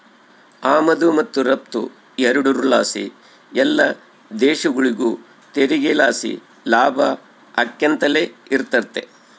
ಆಮದು ಮತ್ತು ರಫ್ತು ಎರಡುರ್ ಲಾಸಿ ಎಲ್ಲ ದೇಶಗುಳಿಗೂ ತೆರಿಗೆ ಲಾಸಿ ಲಾಭ ಆಕ್ಯಂತಲೆ ಇರ್ತತೆ